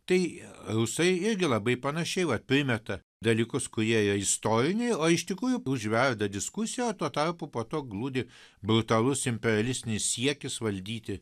tai rusai irgi labai panašiai vat primeta dalykus kurie yra istoriniai o iš tikrųjų užverda diskusija o tuo tarpu po tuo glūdi brutalus imperialistinis siekis valdyti